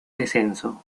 descenso